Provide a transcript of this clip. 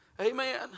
Amen